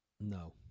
no